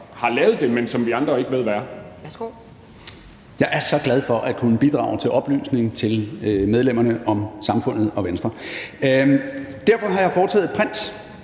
Jakob Ellemann-Jensen (V): Jeg er så glad for at kunne bidrage til oplysning af medlemmerne om samfundet og Venstre. Derfor har jeg foretaget et print